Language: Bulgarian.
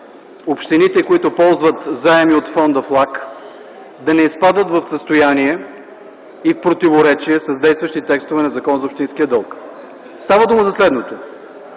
общините, които ползват заеми от Фонд ФЛАГ, да не изпадат в състояние и противоречие с действащи тестове на Закона за общинския дълг. Става дума за следното.